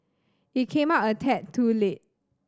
it came out a tad too late